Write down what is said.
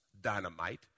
Dynamite